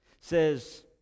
says